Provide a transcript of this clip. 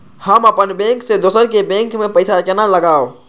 हम अपन बैंक से दोसर के बैंक में पैसा केना लगाव?